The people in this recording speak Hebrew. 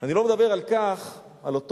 אני לא מדבר על אותו פסק-דין,